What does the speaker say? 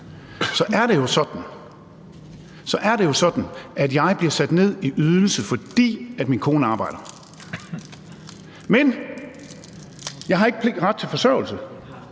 havde et arbejde, ville jeg blive sat ned i ydelse, fordi min kone arbejder, men jeg har ikke ret til forsørgelse.